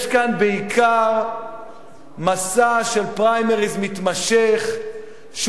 יש כאן בעיקר מסע מתמשך של פריימריס,